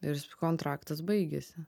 ir kontraktas baigėsi